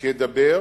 כדבר